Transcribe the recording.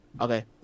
Okay